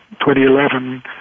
2011